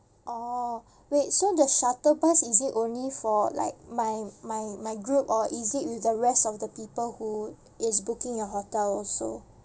orh wait so the shuttle bus is it only for like my my my group or is it with the rest of the people who is booking your hotel also